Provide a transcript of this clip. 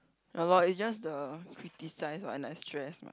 ya lor it's just the criticize when I stress